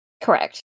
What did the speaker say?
Correct